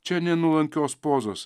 čia nenuolankios pozos